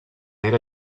era